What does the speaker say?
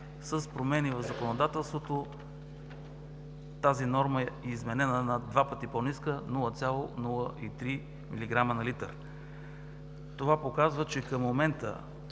С промени в законодателството тази норма е изменена над два пъти по-ниска – 0,03 мг/л. Това показва, че към момента